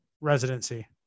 residency